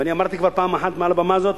ואני אמרתי כבר פעם אחת מעל הבמה הזאת,